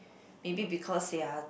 maybe because they are